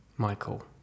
Michael